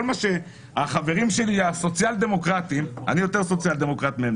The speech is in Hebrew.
כל מה שהחברים שלי הסוציאל-דמוקרטים אני יותר סוציאל-דמוקרט מהם,